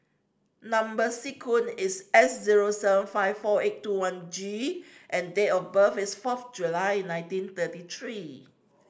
number sequence is S zero seven five four eight two one G and date of birth is fourth July nineteen thirty three